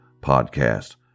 podcast